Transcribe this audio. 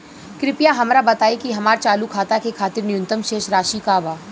कृपया हमरा बताइ कि हमार चालू खाता के खातिर न्यूनतम शेष राशि का बा